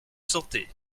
santé